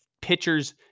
pitchers